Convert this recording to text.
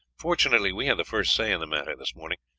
fortunately we had the first say in the matter this morning.